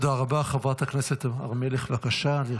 רק שנייה, הודעת סגנית מזכיר הכנסת.